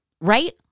Right